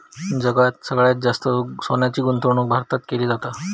जगात सगळ्यात जास्त सोन्यात गुंतवणूक भारतात केली जाता